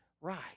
right